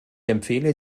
empfehle